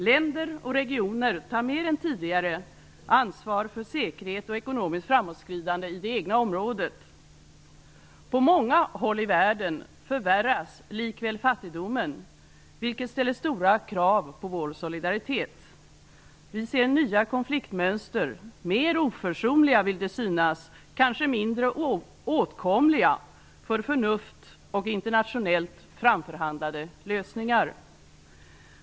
Länder och regioner tar mer än tidigare ansvar för säkerhet och ekonomiskt framåtskridande i det egna området. På många håll i världen förvärras likväl fattigdomen, vilket ställer stora krav på vår solidaritet. Vi ser nya konfliktmönster, mer oförsonliga och -- vill det synas -- mindre åtkomliga för förnuft och internationellt framförhandlade lösningar.